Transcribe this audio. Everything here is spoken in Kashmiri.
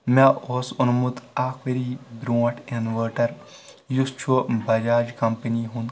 مےٚ اوس اوٚنمُت اکھ ؤری برونٛٹھ انوٲٹر یُس چھُ بجاج کمپٔنی ہُنٛد